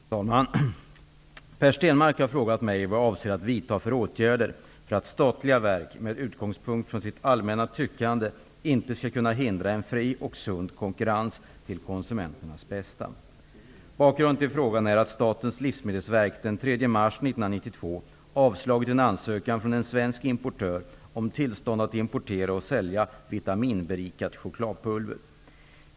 Fru talman! Per Stenmarck har frågat mig vad jag avser att vidta för åtgärder för att statliga verk, med utgångspunkt från sitt allmänna tyckande, inte skall kunna hindra en fri och sund konkurrens till konsumenternas bästa. Bakgrunden till frågan är att Statens livsmedelsverk den 3 mars 1992 avslagit en ansökan från en svensk importör om tillstånd att importera och sälja vitaminberikat chokladpulver.